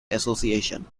association